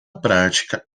prática